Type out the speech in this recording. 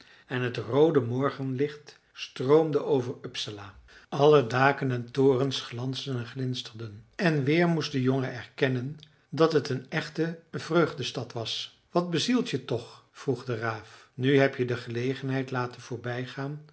en het roode morgenlicht stroomde over uppsala alle daken en torens glansden en glinsterden en weer moest de jongen erkennen dat het een echte vreugdestad was wat bezielt je toch vroeg de raaf nu heb je de gelegenheid laten voorbijgaan